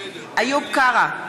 איוב קרא,